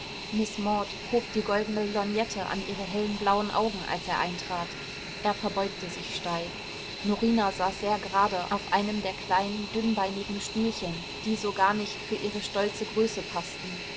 miß maud hob die goldene lorgnette an ihre hellen blauen augen als er eintrat er verbeugte sich steif norina saß sehr gerade auf einem der kleinen dünnbeinigen stühlchen die so gar nicht für ihre stolze größe paßten